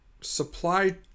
supply